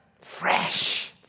Fresh